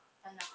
tak nak ah